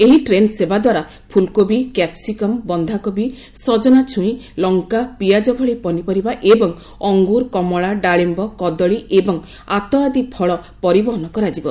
ଏହି ଟ୍ରେନ୍ ସେବାଦ୍ୱାରା ଫୁଲକୋବି କ୍ୟାପ୍ସିକମ୍ ବନ୍ଧାକୋବି ସଜନା ଛୁଇଁ ଲଙ୍କା ପିଆଜ ଭଳି ପନିପରିବା ଏବଂ ଅଙ୍ଗୁର କମଳା ଡାଳିମ୍ଭ କଦଳୀ ଏବଂ ଆତ ଆଦି ଫଳ ପରିବହନ କରାଯିବ